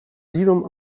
zimą